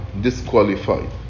disqualified